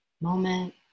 moment